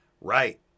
right